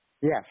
Yes